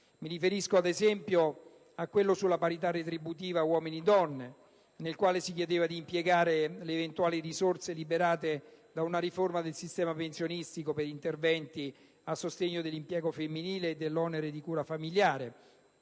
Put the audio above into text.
Mi riferisco, ad esempio, alla proposta sulla parità retributiva uomini-donne nel quale si chiedeva di impiegare le eventuali risorse liberate da una riforma del sistema pensionistico per gli interventi a sostegno dell'impiego femminile e dell'onere di cura familiare;